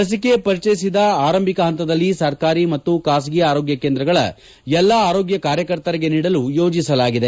ಲಸಿಕೆ ಪರಿಚಯಿಸಿದ ಆರಂಭಿಕ ಹಂತದಲ್ಲಿ ಸರ್ಕಾರಿ ಮತ್ತು ಖಾಸಗಿ ಆರೋಗ್ಯ ಕೇಂದ್ರಗಳ ಎಲ್ಲ ಆರೋಗ್ಯ ಕಾರ್ಯಕರ್ತರಿಗೆ ನೀಡಲು ಯೋಜಿಸಲಾಗಿದೆ